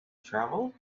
travel